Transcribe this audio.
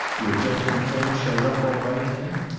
your gentleman friend showed up all right, then?